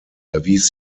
erwies